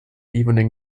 evening